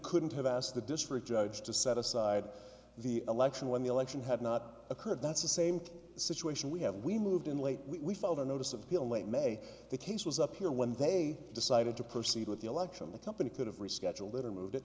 couldn't have asked the district judge to set aside the election when the election had not occurred that's the same situation we have we moved in late we filed a notice of appeal in late may the case was up here when they decided to proceed with the election the company could have rescheduled litter mo